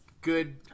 good